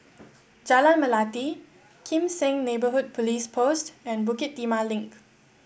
Jalan Melati Kim Seng Neighbourhood Police Post and Bukit Timah Link